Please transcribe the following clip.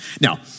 Now